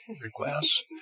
requests